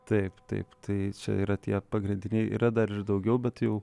taip taip tai čia yra tie pagrindiniai yra dar ir daugiau bet jau